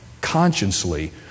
consciously